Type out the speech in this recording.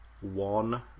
One